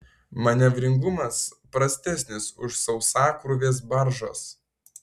manevringumas prastesnis už sausakrūvės baržos